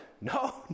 No